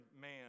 man